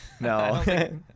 no